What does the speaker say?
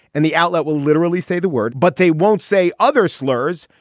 and the outlet will literally say the word but they won't say other slurs.